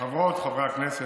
חברות וחברי הכנסת,